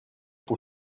pour